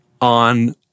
on